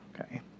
Okay